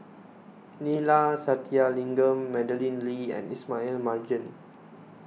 Neila Sathyalingam Madeleine Lee and Ismail Marjan